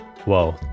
Whoa